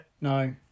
No